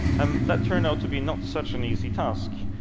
um that turned out to be not such an easy task.